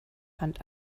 hand